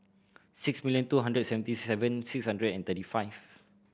six million two hundred seventy seven six hundred and thirty five